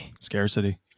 Scarcity